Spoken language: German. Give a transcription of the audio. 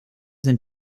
sind